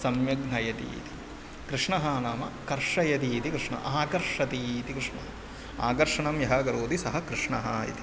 सम्यग् नयति इति कृष्णः नाम कर्षयति इति कृष्णः आकर्षती इति कृष्णः आकर्षणं यः करोति सः कृष्णः इति